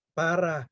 para